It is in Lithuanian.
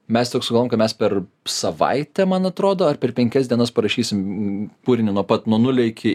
mes tik sugalvojom kad mes per savaitę man atrodo ar per penkias dienas parašysim kūrinį nuo pat nuo nulio iki